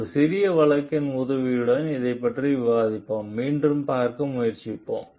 ஒரு சிறிய வழக்கின் உதவியுடன் இதைப் பற்றி விவாதிப்பதை மீண்டும் பார்க்க முயற்சிப்போம்